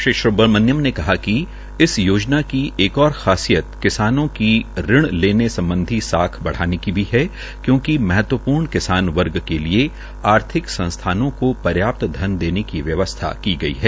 श्री सुब्रामनियम ने कहा कि इस योजना की एक और खासियत किसानों की ऋण लेने सम्बधी साख बढ़ाने की भी है क्योकि महत्वपूर्ण किसान वर्ग के लिये आर्थिक संस्थाओं को पर्याप्त धन देने की व्यवस्था की गई है